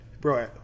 Bro